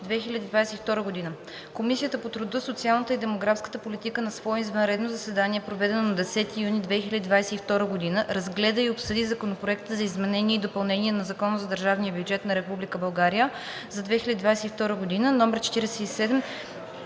2022 г. Комисията по труда, социалната и демографската политика на свое извънредно заседание, проведено на 10 юни 2022 г., разгледа и обсъди Законопроект за изменение и допълнение на Закона за държавния бюджет на Република България